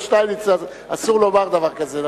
לא לבר-און ולא לשטייניץ אסור לומר דבר כזה.